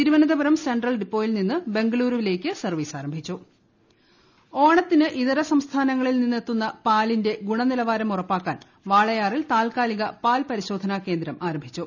Thiruvananthapuram central ഡിപ്പോയിൽനിന്നു ബെംഗളൂരുവിലേക്ക് service ആരംഭിച്ചു മിൽമ ഓണത്തിന് ഇതര സംസ്ഥാനങ്ങളിൽ നിന്നെത്തുന്ന പാലിന്റെ ഗുണ നിലവാരം ഉറപ്പാക്കാൻ വാളയാറിൽ താൽക്കാലിക പാൽ പരിശോധന കേന്ദ്രം ആരംഭിച്ചു